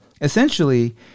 Essentially